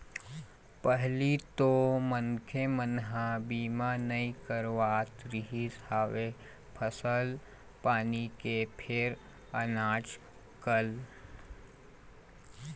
पहिली तो मनखे मन ह बीमा नइ करवात रिहिस हवय फसल पानी के फेर आजकल बरोबर करवाथे